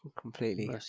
Completely